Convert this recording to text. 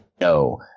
no